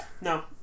no